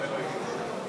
בבקשה.